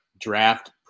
draft